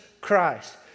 Christ